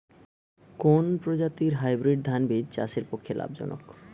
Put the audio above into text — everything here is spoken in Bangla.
কোন প্রজাতীর হাইব্রিড ধান বীজ চাষের পক্ষে লাভজনক?